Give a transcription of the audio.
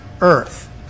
Earth